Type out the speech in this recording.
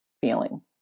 feeling